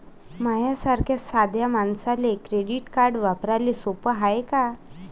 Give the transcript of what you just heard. माह्या सारख्या साध्या मानसाले क्रेडिट कार्ड वापरने सोपं हाय का?